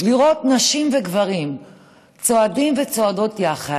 לראות נשים וגברים צועדים וצועדות יחד,